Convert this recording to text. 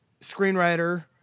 screenwriter